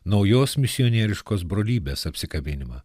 naujos misionieriškos brolybės apsikabinimą